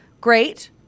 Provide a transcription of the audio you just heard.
great